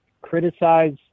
criticize